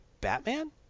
Batman